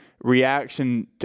reaction